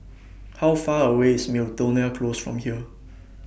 How Far away IS Miltonia Close from here